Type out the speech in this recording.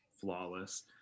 flawless